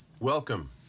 Welcome